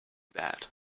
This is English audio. bad